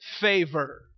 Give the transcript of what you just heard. favor